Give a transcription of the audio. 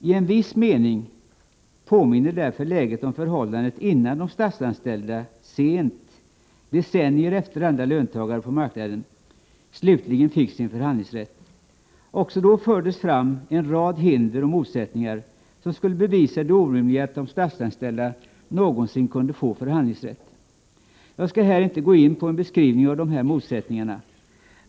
I en viss mening påminner därför läget om förhållandet innan de statsanställda, decennier efter andra löntagare på marknaden, slutligen fick sin förhandlingsrätt. Också då fördes fram en rad hinder och motsättningar, som skulle bevisa det orimliga i att de statsanställda någonsin skulle få en förhandlingsrätt. Jag skall här inte gå in på en beskrivning av dessa motsättningar.